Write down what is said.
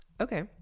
Okay